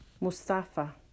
Mustafa